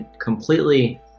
completely